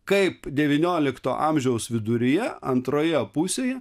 kaip devyniolikto amžiaus viduryje antroje pusėje